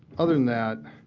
other than that,